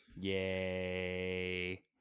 Yay